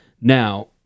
Now